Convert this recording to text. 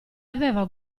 aveva